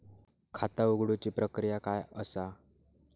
खाता उघडुची प्रक्रिया काय असा?